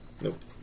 Nope